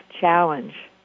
challenge